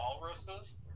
walruses